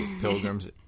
pilgrims